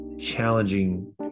challenging